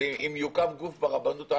שאם יוקם גוף ברבנות הראשית,